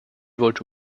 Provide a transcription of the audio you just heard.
wollte